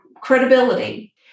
credibility